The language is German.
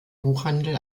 buchhandel